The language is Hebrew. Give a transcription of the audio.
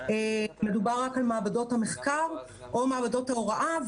מדובר רק על מעבדות המחקר או מעבדות הוראה,